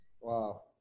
Wow